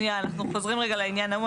אם צריך להבהיר את זה בצורה עוד יותר מדויקת,